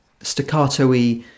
staccato-y